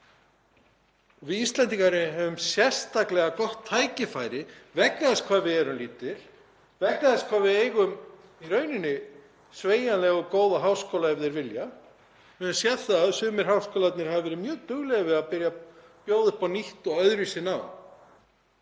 Við Íslendingar höfum sérstaklega gott tækifæri vegna þess hvað við erum lítil, vegna þess hvað við eigum í rauninni sveigjanlega og góða háskóla ef þeir vilja. Við höfum séð að sumir háskólarnir hafa verið mjög duglegir við að byrja að bjóða upp á nýtt og öðruvísi nám.